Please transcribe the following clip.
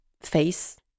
face